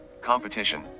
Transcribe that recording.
competition